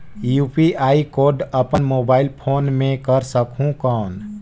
UPI code अपन mobile phone मे कर सकहुं कौन?